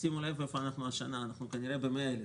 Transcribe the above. שימו לב איפה אנחנו השנה, אנחנו כנראה ב-100,000.